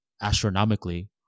astronomically